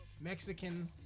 Mexican